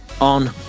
on